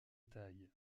taille